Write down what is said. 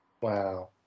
Wow